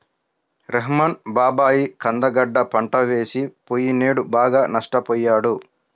రెహ్మాన్ బాబాయి కంద గడ్డ పంట వేసి పొయ్యినేడు బాగా నష్టపొయ్యాడు